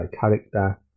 character